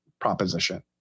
proposition